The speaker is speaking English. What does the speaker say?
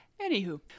anywho